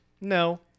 No